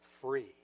free